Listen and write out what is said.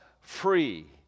free